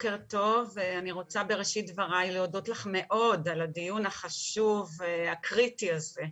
אני רוצה בראשית דבריי להודות לך מאוד על הדיון החשוב והקריטי הזה,